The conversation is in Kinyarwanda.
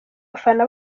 abafana